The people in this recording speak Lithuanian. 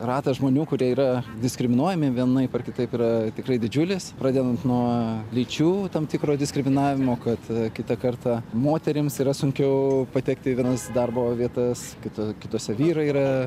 ratas žmonių kurie yra diskriminuojami vienaip ar kitaip yra tikrai didžiulis pradedant nuo lyčių tam tikro diskriminavimo kad kitą kartą moterims yra sunkiau patekti į vienas darbo vietas kitu kitose vyrai yra